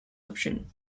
option